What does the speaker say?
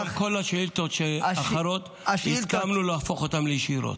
כל השאילתות האחרות, הסכמנו להפוך אותן לישירות.